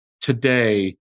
today